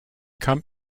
come